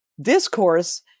discourse